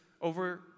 over